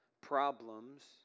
problems